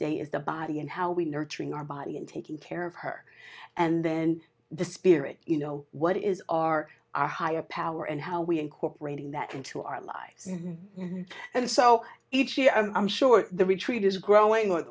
day is the body and how we nurturing our body and taking care of her and then the spirit you know what is our our higher power and how we incorporating that into our lives and so each year i'm sure the retreat is growing